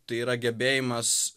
tai yra gebėjimas